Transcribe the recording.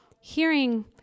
hearing